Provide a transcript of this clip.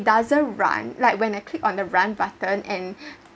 doesn't run like when I click on the run button and